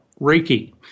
Reiki